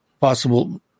possible